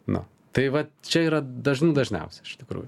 nu tai va čia yra dažnų dažniausia iš tikrųjų